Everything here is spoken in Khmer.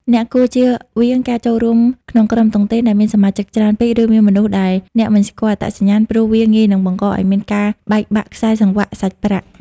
អ្នកគួរជៀសវាងការចូលរួមក្នុងក្រុមតុងទីនដែលមានសមាជិកច្រើនពេក ឬមានមនុស្សដែលអ្នកមិនស្គាល់អត្តសញ្ញាណ ព្រោះវាងាយនឹងបង្កឱ្យមានការបែកបាក់ខ្សែសង្វាក់សាច់ប្រាក់។